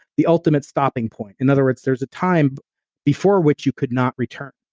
the ultimate stopping point. in other words, there's a time before which you could not return.